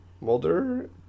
Mulder